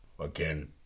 again